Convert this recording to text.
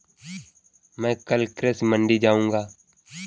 मैं कल कृषि मंडी जाऊँगा